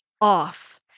off